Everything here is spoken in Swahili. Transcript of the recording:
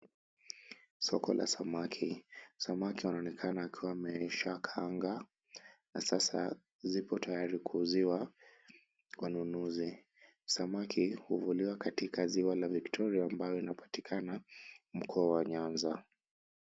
Soko la samaki, samaki wanaonekana wakiwa wameshakaangwa na sasa zipo tayari kuuziwa wanunuzi. Samaki huvuliwa katika ziwa la Victoria ambayo inapatikana mkoa wa Nyanza.